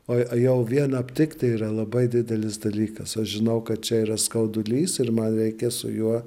o a jau vien aptikt tai yra labai didelis dalykas aš žinau kad čia yra skaudulys ir man reikia su juo